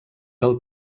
del